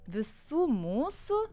visų mūsų